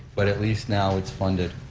but at least now it's funded,